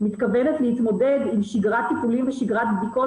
מתכוונת להתמודד עם שגרת טיפולים ושגרת בדיקות